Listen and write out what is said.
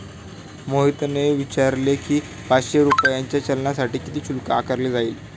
मोहनने विचारले की, पाचशे रुपयांच्या चलानसाठी किती शुल्क आकारले जाईल?